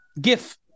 gif